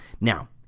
Now